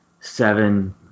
seven